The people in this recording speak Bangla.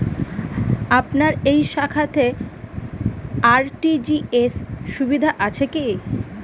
আপনার এই শাখাতে আর.টি.জি.এস সুবিধা আছে কি?